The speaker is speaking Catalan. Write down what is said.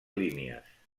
línies